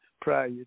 prior